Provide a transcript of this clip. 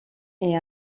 est